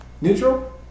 Neutral